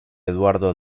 eduardo